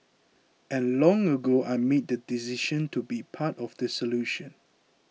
and long ago I made the decision to be part of the solution